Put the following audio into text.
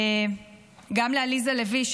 גם לעליזה לביא,